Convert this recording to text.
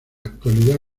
actualidad